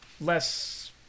less